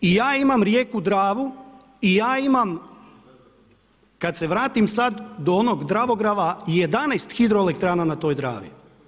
I ja imam rijeku Dravu i ja imam kada se vratim sada do onog Dravograda 11 hidroelektrana na toj Dravi.